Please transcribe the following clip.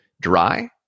dry